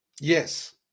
Yes